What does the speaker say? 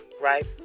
right